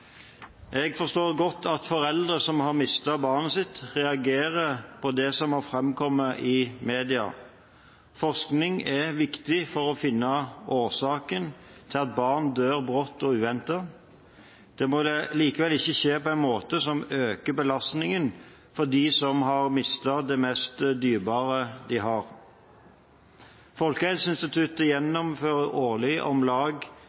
Jeg forstår godt at foreldre som har mistet barnet sitt, reagerer på det som har framkommet i media. Forskning er viktig for å finne årsaken til at barn dør brått og uventet. Det må likevel ikke skje på en måte som øker belastningen for dem som har mistet det mest dyrebare de hadde. Folkehelseinstituttet